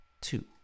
two